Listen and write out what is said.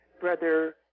brother